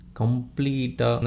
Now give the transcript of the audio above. complete